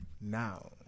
now